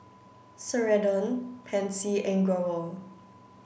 Ceradan Pansy and Growell